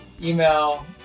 email